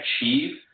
achieve